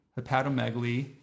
hepatomegaly